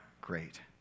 great